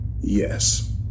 Yes